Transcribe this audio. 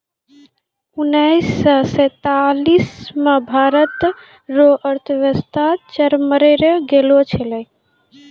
उनैस से सैंतालीस मे भारत रो अर्थव्यवस्था चरमरै गेलो छेलै